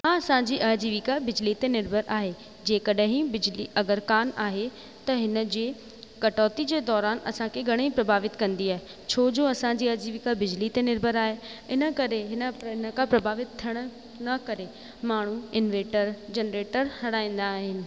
हा असांजी अजीविका बिजली ते निर्भर आहे जेकॾहिं ही बिजली अगरि कान आहे त हिन जे कटौती जे दौरान असांखे घणेई प्रभावित कंदी आहे छोजो असांजे अजीविका बिजली ते निर्भर आहे इन करे हिन का प्रभावित थियण न करे माण्हू इनवेटर जनरेटर हणाईंदा आहिनि